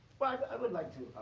i would like to.